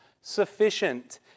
sufficient